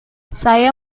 saya